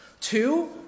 Two